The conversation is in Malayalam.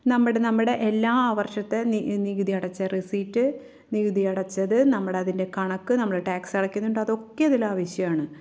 നമ്മുടെ നമ്മുടെ എല്ലാ വർഷത്തെ നികുതി അടച്ച റസീറ്റ് നികുതി അടച്ചത് നമ്മൾ അതിൻ്റെ കണക്ക് നമ്മൾ ടാക്സ് അടക്കുന്നുണ്ട് അതൊക്കെ ഇതിൽ അവശ്യമാണ്